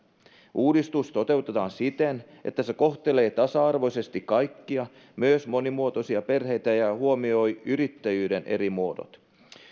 uudistus toteutetaan siten että se kohtelee tasa arvoisesti kaikkia myös monimuotoisia perheitä ja huomioi yrittäjyyden eri muodot